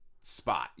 spot